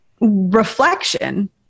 reflection